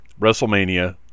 WrestleMania